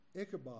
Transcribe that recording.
Ichabod